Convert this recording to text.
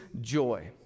joy